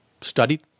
studied